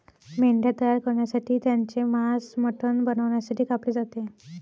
मेंढ्या तयार करण्यासाठी त्यांचे मांस मटण बनवण्यासाठी कापले जाते